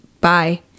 bye